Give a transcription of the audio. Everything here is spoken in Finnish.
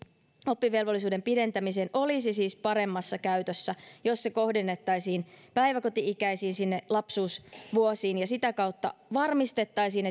oppivelvollisuuden pidentämiseen olisi siis paremmassa käytössä jos se kohdennettaisiin päiväkoti ikäisiin sinne lapsuusvuosiin ja sitä kautta varmistettaisiin